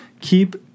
keep